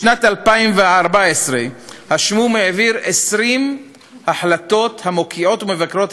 בשנת 2014 ה"שמום" העביר 20 החלטות המוקיעות ומבקרות